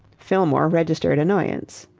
fillmore registered annoyance.